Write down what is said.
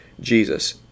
Jesus